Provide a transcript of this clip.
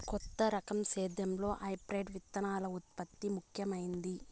కొత్త రకం సేద్యంలో హైబ్రిడ్ విత్తనాల ఉత్పత్తి ముఖమైంది